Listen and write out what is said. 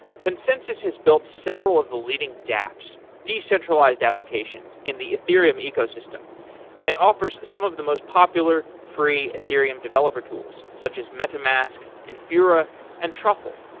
consensys has built several of the leading dapps, decentralized applications, in the ethereum ecosystem and offers some of the most popular free ethereum developer tools such as metamask, infura and truffle.